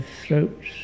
throats